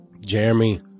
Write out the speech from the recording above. Jeremy